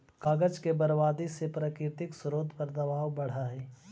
कागज के बर्बादी से प्राकृतिक स्रोत पर दवाब बढ़ऽ हई